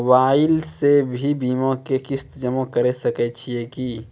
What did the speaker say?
Mobile से भी बीमा के किस्त जमा करै सकैय छियै कि?